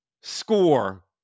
score